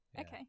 okay